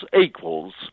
equals